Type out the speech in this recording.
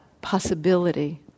possibility